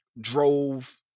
drove